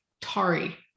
Tari